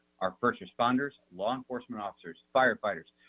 our first responders, law enforcement officers, firefighters,